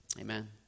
amen